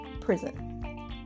prison